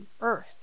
earth